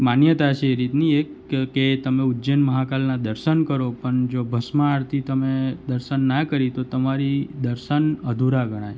માન્યતા છે એ રીતની એક કે તમે ઉજ્જૈન મહાકાલના દર્શન કરો પણ જો ભસ્મ આરતી તમે દર્શન ના કરી તો તમારી દર્શન અધૂરા ગણાય